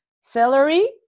celery